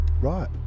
right